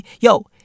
Yo